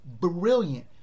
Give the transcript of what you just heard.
brilliant